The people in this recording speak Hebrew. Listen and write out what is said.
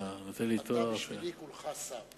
אתה נותן לי תואר, אתה בשבילי כולך שר.